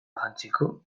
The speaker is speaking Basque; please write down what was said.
jantziko